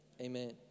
Amen